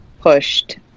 pushed